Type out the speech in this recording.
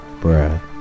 breath